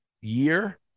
year